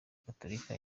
gatulika